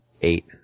eight